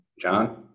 John